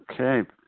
Okay